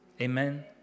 Amen